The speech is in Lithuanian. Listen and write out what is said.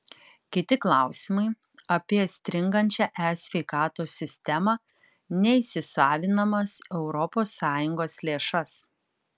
kiti klausimai apie stringančią e sveikatos sistemą neįsisavinamas europos sąjungos lėšas